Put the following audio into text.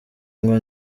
ngo